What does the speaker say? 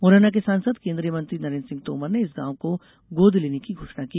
मुरैना के सांसद केन्द्रीय मंत्री नरेन्द्र सिंह तोमर ने इस गांव को गोद लेने की घोषण की